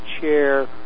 chair